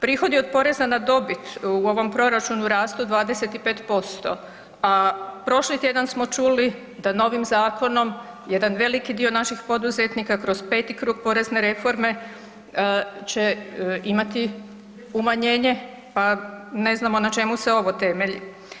Prihodi od poreza na dobit u ovom proračunu rastu 25%, a prošli tjedan smo čuli da novim zakonom jedan veliki dio naših poduzetnika kroz peti krug porezne reforme će imati umanjenje, pa ne znamo na čemu se ovo temelji.